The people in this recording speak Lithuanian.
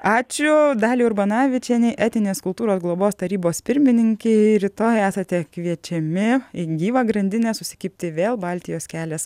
ačiū daliai urbanavičienei etinės kultūros globos tarybos pirmininkei rytoj esate kviečiami į gyvą grandinę susikibti vėl baltijos kelias